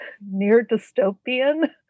near-dystopian